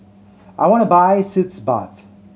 I want to buy Sitz Bath